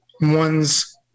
one's